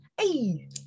hey